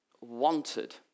wanted